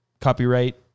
copyright